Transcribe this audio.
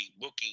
booking